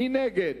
מי נגד?